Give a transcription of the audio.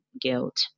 guilt